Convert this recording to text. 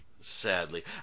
Sadly